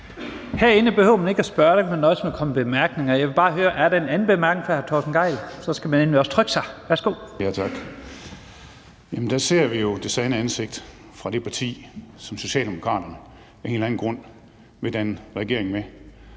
Herinde behøver man ikke at spørge, man kan nøjes med at komme med bemærkninger. Jeg vil bare høre, om der er en anden bemærkning fra hr. Torsten Gejl, for så skal man også trykke sig ind. Kl. 14:15 Torsten Gejl (ALT): Tak. Der ser vi jo det sande ansigt på det parti, som Socialdemokraterne af en eller anden grund vil danne regering med